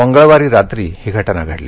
मंगळवारी रात्री ही घटना घडली